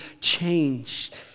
changed